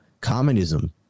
Communism